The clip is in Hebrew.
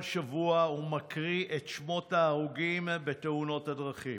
שבוע ומקריא את שמות ההרוגים בתאונות הדרכים.